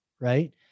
right